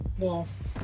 Yes